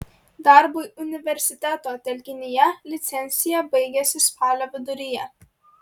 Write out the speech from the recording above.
darbui universiteto telkinyje licencija baigiasi spalio viduryje